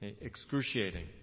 excruciating